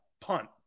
Punt